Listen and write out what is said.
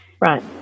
right